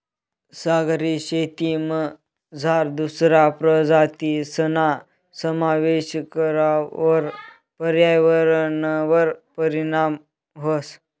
सागरी शेतीमझार दुसरा प्रजातीसना समावेश करावर पर्यावरणवर परीणाम व्हस